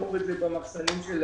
לשמור את זה במחסנים שלהם.